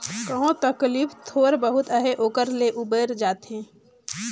कहो तकलीफ थोर बहुत अहे ओकर ले उबेर जाथे